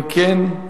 אם כן,